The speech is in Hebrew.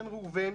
דמי חימום,